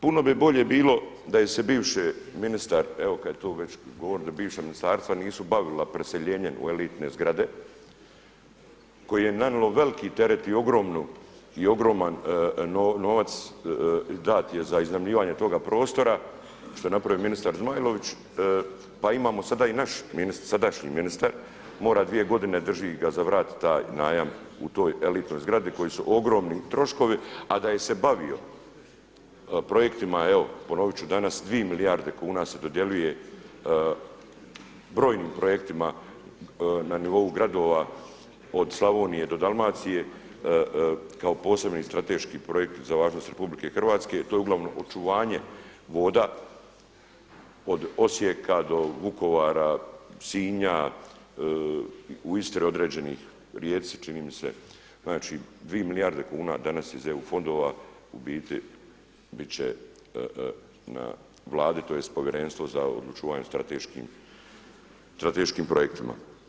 Puno bi bolje bilo da se je bivši ministar, evo kada tu već govorite bivša ministarstva nisu bavila preseljenjem u elitne zgrade, koji je nanijelo veliki teret i ogroman novac dan je za iznajmljivanje toga prostora, što je napravio ministar Zmajlović pa imamo sada i naš, sadašnji ministar mora 2 godine drži ga za vrat taj najam u toj elitnoj zgradi koji su ogromni troškovi a da se je bavio projektima, evo ponoviti ću danas 2 milijarde kuna se dodjeljuje brojnim projektima na nivou gradova od Slavonije do Dalmacije kao posebni strateški projekti za važnost RH i to je uglavnom očuvanje voda od Osijeka do Vukovara, Sinja, u Istri određenih, Rijeci čini mi se, znači 2 milijarde kuna danas iz EU fondova u biti će na Vladi tj. Povjerenstvo za odlučivanje o strateškim projektima.